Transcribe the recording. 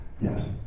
Yes